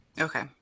Okay